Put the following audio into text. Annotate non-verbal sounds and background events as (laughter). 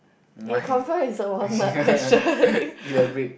it confirm is a one mark question (laughs)